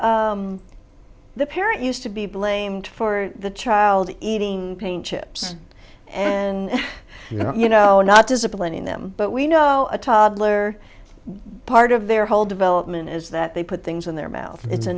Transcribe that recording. the parent used to be blamed for the child eating paint chips and you know not disciplining them but we know a toddler part of their whole development is that they put things in their mouth it's a